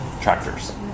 tractors